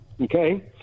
Okay